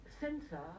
sensor